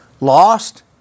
Lost